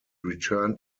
returned